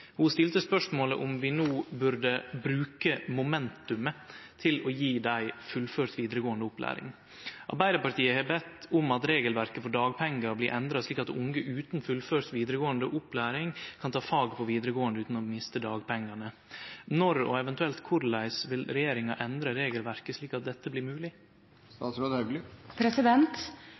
Ho stilte spørsmålet om vi no burde «bruke momentumet» til å gje dei fullført vidaregåande opplæring. Arbeidarpartiet har bede om at regelverket for dagpengar blir endra slik at unge utan fullført vidaregåande kan få ta fag på vidaregåande utan å miste dagpengane. Når, og eventuelt korleis, vil regjeringa endre regelverket slik at dette blir